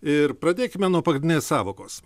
ir pradėkime nuo pagrindinės sąvokos